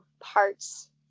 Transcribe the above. parts